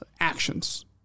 actions